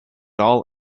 all